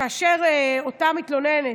כאשר אותה מתלוננת,